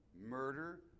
murder